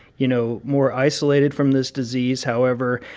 you know, more isolated from this disease. however,